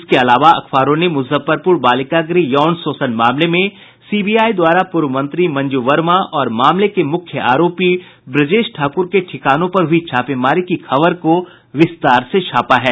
इसके अलावा अखबारों ने मुजफ्फरपुर बालिका गृह यौन शोषण मामले में सीबीआई द्वारा पूर्व मंत्री मंजू वर्मा और मामले के मुख्य आरोपी ब्रजेश ठाकुर के ठिकानों पर हुयी छापेमारी की खबर को विस्तार से छापा है